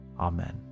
Amen